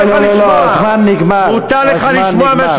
מותר לך לשמוע.